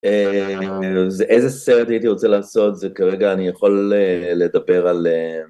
איזה סרט הייתי רוצה לעשות, זה כרגע אני יכול לדבר על אה...